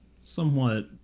somewhat